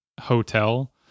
hotel